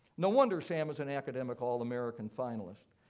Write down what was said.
no wonder sam is an academic all-american finalist.